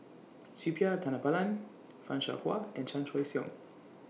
Suppiah Dhanabalan fan Shao Hua and Chan Choy Siong